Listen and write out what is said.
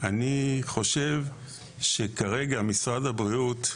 אני חושב שכרגע אין למשרד הבריאות,